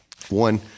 One